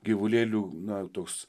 gyvulėlių na toks